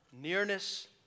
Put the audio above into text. Nearness